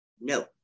no